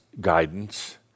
guidance